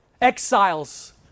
Exiles